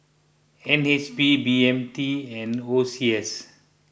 N H B B M T and O C S